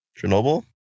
Chernobyl